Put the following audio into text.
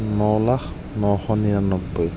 ন লাখ নশ নিৰান্নব্বৈ